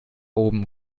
oben